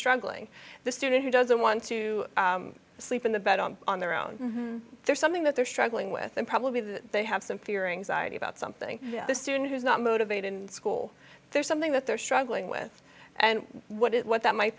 struggling the student who doesn't want to sleep in the bed on on their own there's something that they're struggling with and probably the they have some fearing zajac about something the student who's not motivated in school there's something that they're struggling with and what it what that might